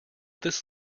this